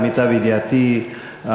למיטב ידיעתי,